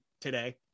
today